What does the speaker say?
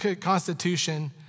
Constitution